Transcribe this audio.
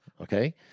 Okay